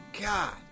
god